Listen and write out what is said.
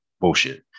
Bullshit